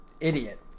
idiot